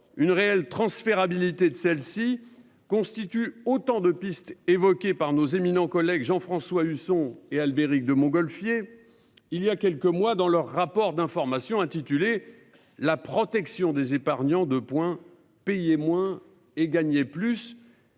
une réelle transférabilité de celles-ci constituent autant de pistes évoquées par nos éminents collègues Jean-François Husson et Albéric de Montgolfier il y a quelques mois dans leur rapport d'information intitulé la protection des épargnants de points payer moins et gagner plus.